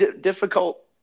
Difficult